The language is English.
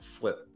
flip